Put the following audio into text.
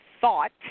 thought